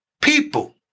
people